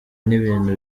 n’ibintu